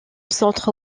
centre